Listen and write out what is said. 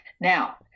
Now